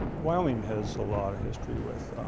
wyoming has a lot of history with